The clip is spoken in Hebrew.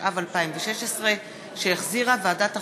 התשע"ו 2016, שהחזירה ועדת החוקה,